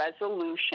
resolution